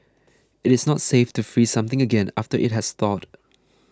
it is not safe to freeze something again after it has thawed